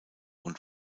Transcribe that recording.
und